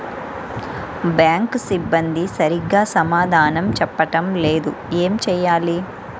Bank సిబ్బంది సరిగ్గా సమాధానం చెప్పటం లేదు ఏం చెయ్యాలి?